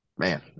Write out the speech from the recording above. Man